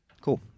Cool